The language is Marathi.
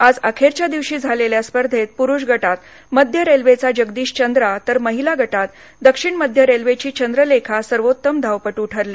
आज अखेरच्या दिवशी झालेल्या स्पर्धेत पुरुष गटात मध्य रेल्वेचा जगदीश चंद्रा तर महीला गटात दक्षिण मध्य रेल्वेची चंद्रलेखा सर्वौत्तम धावपट् ठरले